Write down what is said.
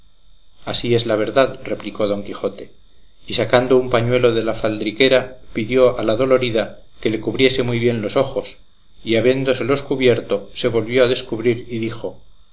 así es la verdad replicó don quijote y sacando un pañuelo de la faldriquera pidió a la dolorida que le cubriese muy bien los ojos y habiéndoselos cubierto se volvió a descubrir y dijo